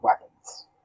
weapons